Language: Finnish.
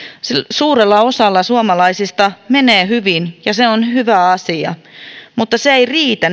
suurella osalla suomalaisista menee hyvin ja se on hyvä asia mutta se ei riitä